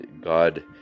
God